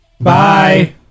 Bye